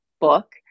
book